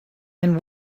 and